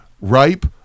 ripe